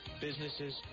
businesses